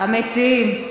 המציעים,